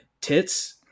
Tits